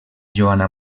joana